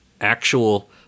actual